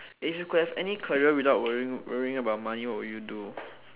if you could have any career without worrying worrying about money what would you do